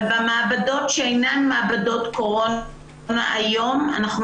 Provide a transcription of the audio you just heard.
במעבדות שאינן מעבדות קורונה היום אנחנו